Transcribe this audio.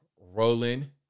rolling